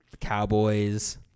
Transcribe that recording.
Cowboys